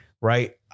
right